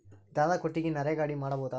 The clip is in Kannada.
ದನದ ಕೊಟ್ಟಿಗಿ ನರೆಗಾ ಅಡಿ ಮಾಡಬಹುದಾ?